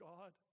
God